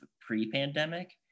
pre-pandemic